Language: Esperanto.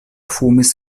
fumis